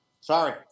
Sorry